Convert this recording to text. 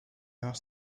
asked